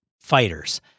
fighters